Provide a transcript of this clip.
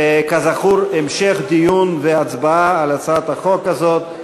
כזכור, המשך דיון והצבעה על הצעת החוק הזאת.